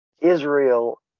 Israel